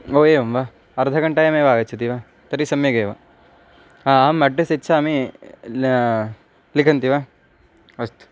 ओ एवं वा अर्धघण्टायामेव आगच्छति वा तर्हि सम्यगेव अहम् अड्रेस् यच्छामि लिखन्ति वा अस्तु